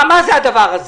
מה זה הדבר הזה?